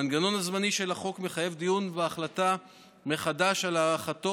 המנגנון הזמני של החוק המחייב דיון והחלטה מחדש על הארכתו